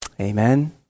Amen